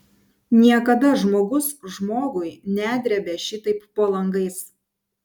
niekada žmogus žmogui nedrėbė šitaip po langais